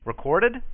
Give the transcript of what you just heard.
Recorded